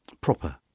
proper